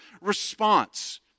response